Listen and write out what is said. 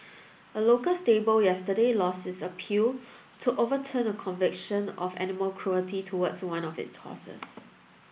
a local stable yesterday lost its appeal to overturn a conviction of animal cruelty towards one of its horses